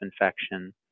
infection